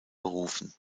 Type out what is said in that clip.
berufen